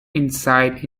insight